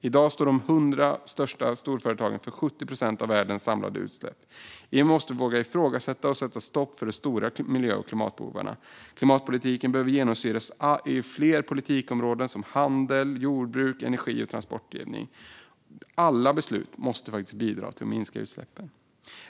I dag står de 100 största företagen för 70 procent av världens samlade utsläpp. EU måste våga ifrågasätta och sätta stopp för de stora miljö och klimatbovarna. Klimatpolitiken behöver genomsyra fler politikområden, som handel, jordbruk, energi och transporter. Alla beslut måste bidra till att minska utsläppen.